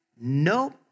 Nope